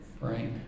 Right